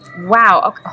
Wow